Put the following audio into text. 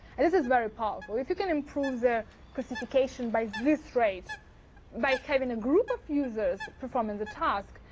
and this is very powerful. if you can improve the classification by this rate by having a group of users performing the task,